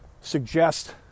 suggest